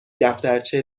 دفترچه